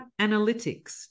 analytics